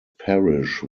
perish